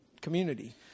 community